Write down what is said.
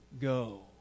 go